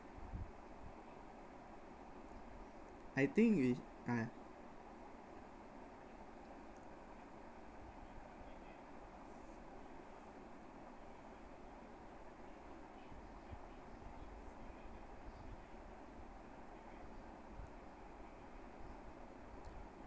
I think we uh